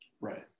Right